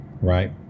right